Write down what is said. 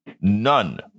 None